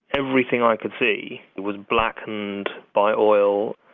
everything i could see was blackened by oil,